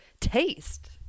taste